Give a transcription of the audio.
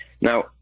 now